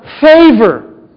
favor